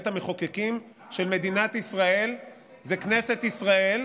בית המחוקקים של מדינת ישראל זה כנסת ישראל,